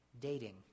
Dating